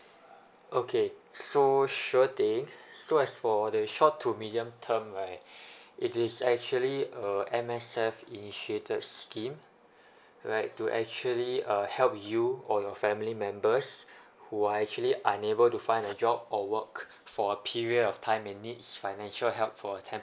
okay so sure thing so as for the short to medium term right it is actually a M_S_F initiated scheme like to actually uh help you or your family members who are actually unable to find a job or work for a period of time in needs financial help for a